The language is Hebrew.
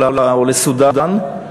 או לסודאן,